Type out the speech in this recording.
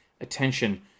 attention